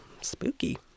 spooky